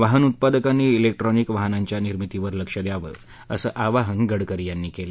वाहन उत्पादकांनी इलेक्ट्रॉनिक वाहनांच्या निर्मितीवर लक्ष द्यावं असं आवाहन गडकरी यांनी केलं